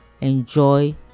enjoy